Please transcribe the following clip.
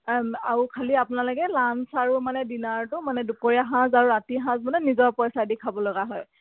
আৰু খালী আপোনালোকে লাঞ্চ আৰু মানে ডিনাৰটো মানে দুপৰীয়া সাঁজ আৰু ৰাতি সাঁজ মানে নিজৰ পইচা দি খাব লগা হয়